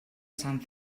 sant